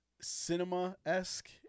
cinema-esque